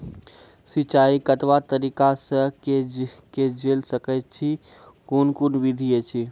सिंचाई कतवा तरीका सअ के जेल सकैत छी, कून कून विधि ऐछि?